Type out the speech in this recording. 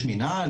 יש מינהל,